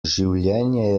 življenje